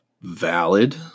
valid